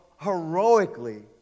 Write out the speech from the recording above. heroically